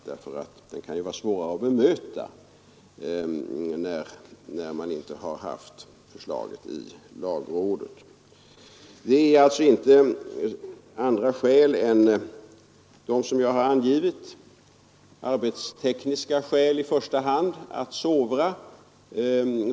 Det kan vara svårare att bemöta en sådan kritik när man inte haft förslaget i lagrådet. Det finns alltså inte några andra skäl än de jag angivit. I första hand är det arbetstekniska skäl. Vi måste sovra.